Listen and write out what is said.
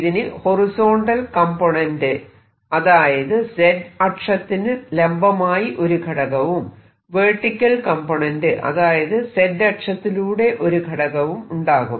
ഇതിന് horizontal component അതായത് Z അക്ഷത്തിനു ലംബമായി ഒരു ഘടകവും വെർട്ടിക്കൽ കംപോണേന്റ് അതായത് Z അക്ഷത്തിലൂടെ ഒരു ഘടകവും ഉണ്ടാകും